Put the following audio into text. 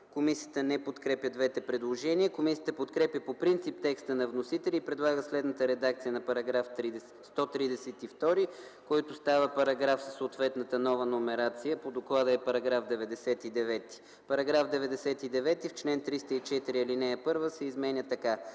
Комисията не подкрепя двете предложения. Комисията подкрепя по принцип текста на вносителя и предлага следната редакция на § 132, който става параграф със съответната нова номерация, като по доклада е § 99: „§ 99. В чл. 304, ал. 1 се изменя така: